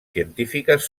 científiques